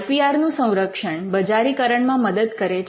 આઈ P R નું સંરક્ષણ બજારીકરણમાં મદદ કરે છે